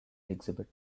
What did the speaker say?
exhibit